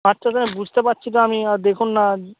আচ্ছা স্যার বুঝতে পারছি তো আমি দেখুন না